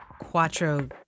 quattro